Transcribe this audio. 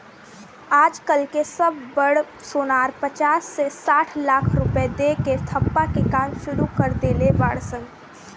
आज कल के सब बड़ सोनार पचास से साठ लाख रुपया दे के ठप्पा के काम सुरू कर देले बाड़ सन